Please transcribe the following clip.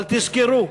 אבל תזכרו,